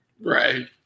right